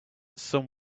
some